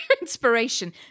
inspiration